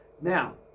Now